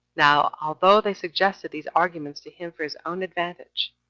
now although they suggested these arguments to him for his own advantage,